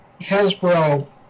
Hasbro